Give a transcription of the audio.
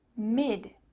mid,